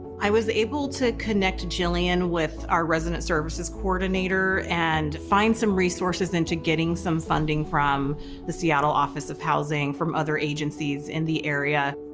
i was able to connect jillian with our resident services coordinator and find some resources in to getting some funding from the seattle office for housing, from other agencies in the area.